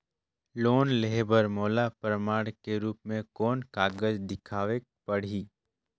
Loan लेहे बर मोला प्रमाण के रूप में कोन कागज दिखावेक पड़ही?